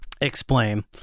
Explain